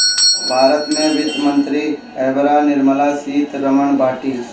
भारत के वित्त मंत्री एबेरा निर्मला सीता रमण बाटी